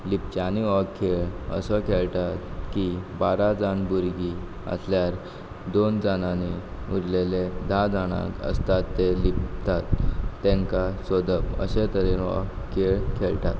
लिपच्यांनी हो खेळ असो खेळटात की बारा जाण भुरगीं आसल्यार दोन जाणांनी उरलेले धा जाणांक आसतात ते लिपतात तेंकां सोदप अशें तरेन हो खेळ खेळटात